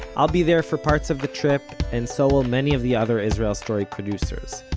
i'll be there for parts of the trip, and so will many of the other israel story producers.